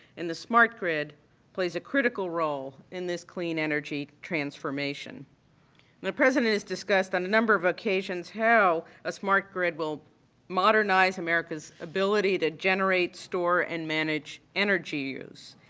and the smart grid plays a critical role in this clean energy transformation. and the president has discussed on a number of occasions how a smart grid will modernize america's ability to generate, store and manage energy use.